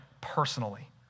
personally